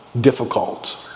difficult